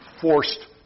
forced